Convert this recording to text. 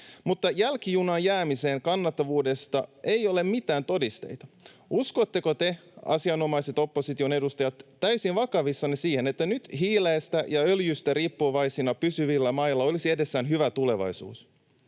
mutta jälkijunaan jäämisen kannattavuudesta ei ole mitään todisteita. Uskotteko te, asianomaiset opposition edustajat, täysin vakavissanne siihen, että nyt hiilestä ja öljystä riippuvaisina pysyvillä mailla olisi edessään hyvä tulevaisuus?